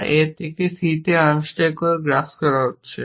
যা A থেকে C unstack করে গ্রাস করা হচ্ছে